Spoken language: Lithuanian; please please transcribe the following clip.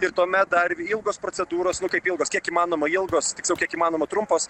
ir tuomet dar ilgos procedūros nu kaip ilgos kiek įmanoma ilgos tiksliau kiek įmanoma trumpos